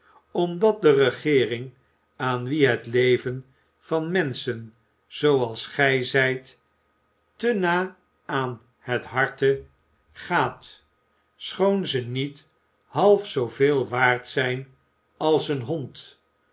omdat de regeering aan wie het leven van menschen zooals gij zijt te na aan het harte gaat schoon ze niet half zooveel waard zijn als een hond